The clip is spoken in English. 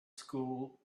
school